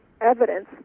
evidence